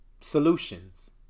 solutions